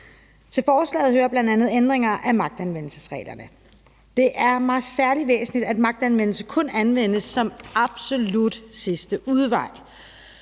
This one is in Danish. Til forslaget hører bl.a. ændringer af magtanvendelsesreglerne. Det er mig særlig væsentligt, at magt kun anvendes som absolut sidste udvej.